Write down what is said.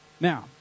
Now